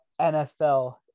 NFL